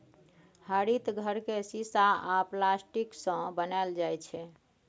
हरित घर केँ शीशा आ प्लास्टिकसँ बनाएल जाइ छै